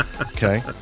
Okay